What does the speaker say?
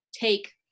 take